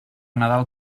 nadal